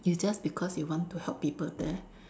you just because you want to help people there